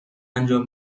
انجام